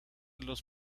los